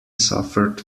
suffered